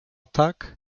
tak